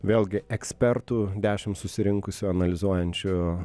vėlgi ekspertų dešim susirinkusių analizuojančių